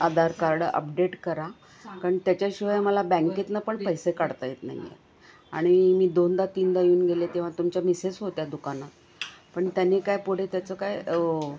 आधार card update करा कारण त्याच्याशिवाय मला बँकेतून पण पैसे काढता येत नाईये आणि मी दोनदा तीनदा येऊन गेले तेव्हा तुमच्या मिसेस होत्या दुकानात पण त्याने काय पुढे त्याचं काय